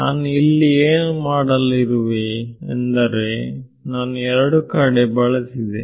ನಾನು ಇಲ್ಲೇನು ಮಾಡಲುಇರುವೆ ಎಂದರೆ ನಾನು ಎರಡು ಕಡೆ ಬಳಸಿದೆ